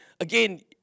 again